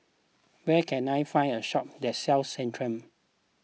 where can I find a shop that sells Centrum